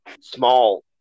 small